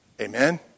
Amen